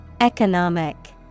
Economic